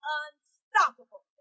unstoppable